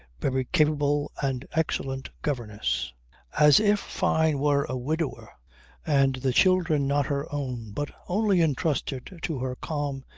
very capable and excellent governess as if fyne were a widower and the children not her own but only entrusted to her calm,